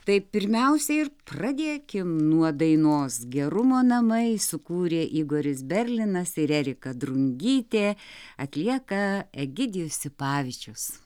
tai pirmiausiai ir pradėkim nuo dainos gerumo namai sukūrė igoris berlinas ir erika drungytė atlieka egidijus sipavičius